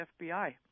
FBI